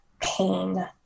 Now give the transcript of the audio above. pain